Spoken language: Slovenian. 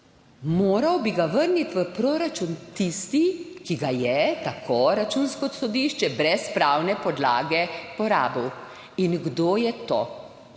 Moral bi ga vrniti v proračun tisti, ki ga je, tako Računsko sodišče, brez pravne podlage porabil. In kdo je to?